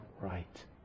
right